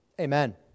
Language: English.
Amen